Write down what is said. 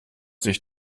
dich